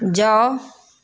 जाउ